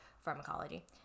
pharmacology